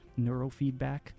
neurofeedback